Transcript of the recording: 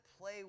play